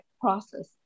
process